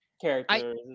characters